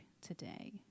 today